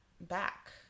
back